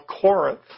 Corinth